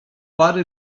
pary